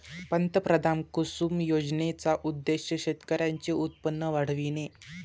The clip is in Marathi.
पंतप्रधान कुसुम योजनेचा उद्देश शेतकऱ्यांचे उत्पन्न वाढविणे